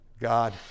god